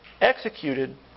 executed